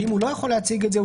ואם הוא לא יכול להציג את זה,